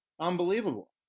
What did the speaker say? Unbelievable